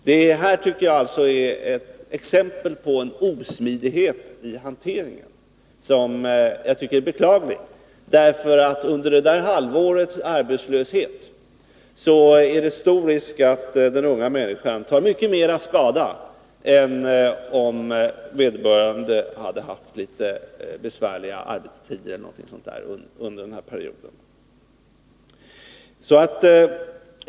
Det här tycker jag är ett exempel på en beklaglig osmidighet i hanteringen. Det är ju stor risk för att den unga människan under ett halvårs arbetslöshet tar mycket mer skada än vad som skulle ha blivit fallet om vederbörande hade haft litet besvärliga arbetstider osv. under den här perioden.